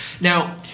Now